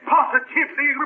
Positively